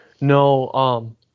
No